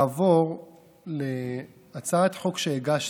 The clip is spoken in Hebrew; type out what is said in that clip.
לעבור להצעת חוק שהגשתי.